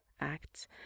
acts